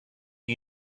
you